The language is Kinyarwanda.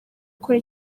gukora